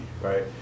right